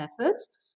efforts